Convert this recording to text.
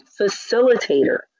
facilitator